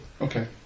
Okay